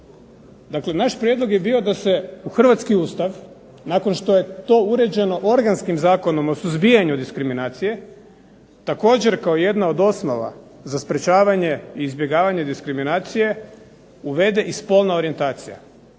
Dakle, naš prijedlog je bio da se u hrvatski Ustav nakon što je to uređeno Organskim zakonom o suzbijanju diskriminacije, također kao jedna od osnova za sprečavanje i izbjegavanje diskriminacije, uvede i spolna orijentacija.